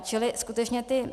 Čili skutečně ty...